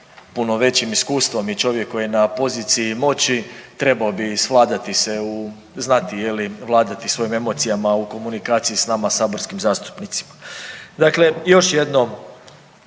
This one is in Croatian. puno većim iskustvom i čovjek koji je na poziciji moći trebao bi svladati se u znati je li vladati svojim emocijama u komunikaciji s nama saborskim zastupnicima. Dakle, još jednom